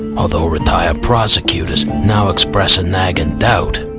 although retired prosecutors now express a nagging doubt,